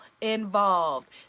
involved